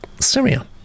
Syria